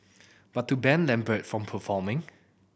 but to ban Lambert from performing